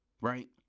right